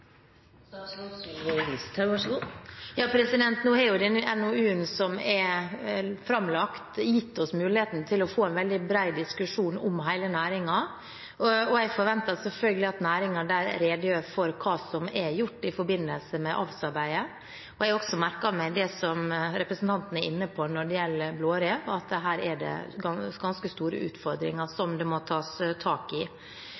Nå har jo denne NOU-en som er framlagt, gitt oss muligheten til å få en veldig bred diskusjon om hele næringen, og jeg forventer selvfølgelig at næringen redegjør for hva som er gjort i forbindelse med avlsarbeidet. Jeg har også merket meg det som representanten er inne på når det gjelder blårev, at her er det ganske store utfordringer, som det må tas tak i.